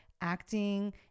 acting